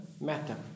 matter